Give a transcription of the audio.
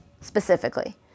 specifically